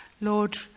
Lord